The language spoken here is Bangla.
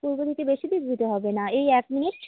পূর্ব দিকে বেশি দূর যেতে হবে না এই এক মিনিট